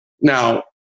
Now